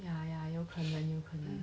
ya ya 有可能有可能